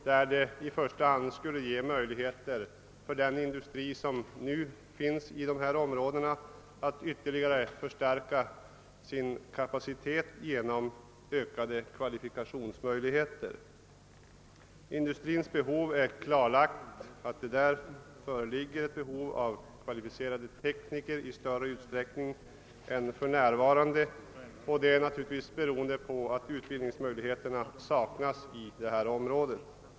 Den ger industrin i områdena möjligheter att öka sin kapacitet genom att den kan tillföras personal med högre kvalifikationer. Det är klarlagt att inom denna industri föreligger ett större behov av kvalificerade tekniker än som för närvarande kan tillgodoses. Detta beror naturligtvis på att det saknas utbildningsmöjligheter i områdena.